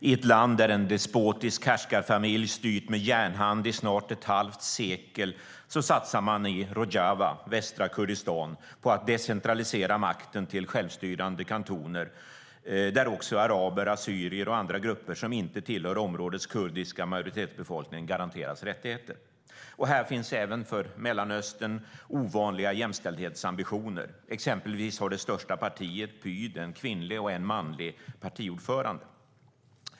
I ett land där en despotisk härskarfamilj har styrt med järnhand i snart ett halvsekel satsar man i Rojava, västra Kurdistan, på att decentralisera makten till självstyrande kantoner där också araber, assyrier och andra grupper som inte tillhör områdets kurdiska majoritetsbefolkning garanteras rättigheter. Här finns även för Mellanöstern ovanliga jämställdhetsambitioner. Exempelvis har det största partiet, PYD, en kvinnlig och en manlig partiordförande.